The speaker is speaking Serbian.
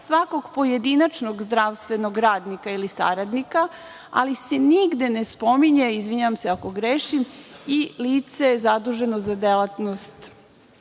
svakog pojedinačnog zdravstvenog radnika ili saradnika, ali se nigde ne spominje, izvinjavam se ako grešim, i lice zaduženo delatnost